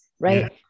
right